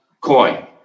coin